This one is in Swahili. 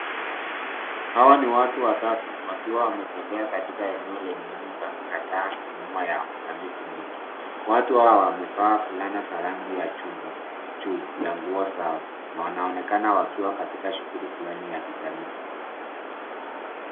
Hawa ni watu watatu wakiwa wanatembea katika eneo lenye nyumba kadhaa nyuma yao na miti mingi. Watu hawa wamevaa fulana za rangi ya chungwa juu ya nguo zao na wanaonekana wakiwa katika shughuli fulani ya jamii.